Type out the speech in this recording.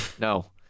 No